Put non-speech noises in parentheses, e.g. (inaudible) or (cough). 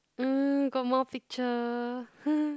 (noise) got more picture (noise)